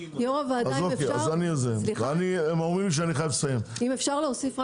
אני חייב לסיים.